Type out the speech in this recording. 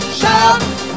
shout